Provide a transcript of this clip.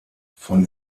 von